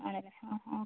ആണല്ലേ ആ ഓക്കേ